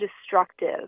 destructive